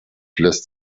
lässt